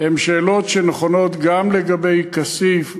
הן שאלות שנכונות גם לגבי כסיף,